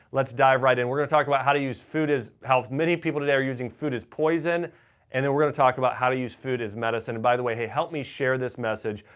let's dive right in. we're going to talk about how to use food as. how many people today are using food as poison and then we're going to talk about how to use food as medicine. by the way, help me share this message.